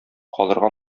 калырга